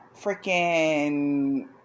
freaking